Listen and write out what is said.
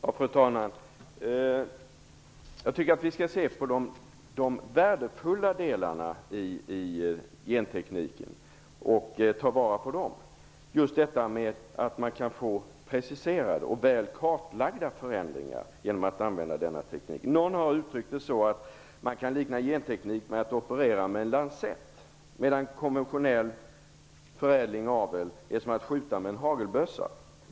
Fru talman! Jag tycker att vi skall ta vara på de värdefulla delarna av gentekniken. Jag tänker på just detta att man kan få preciserade och väl kartlagda förändringar genom att använda denna teknik. Någon har liknat genteknik vid att operera med en lansett, medan konventionell förädling och avel är som att skjuta med en hagelbössa.